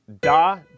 da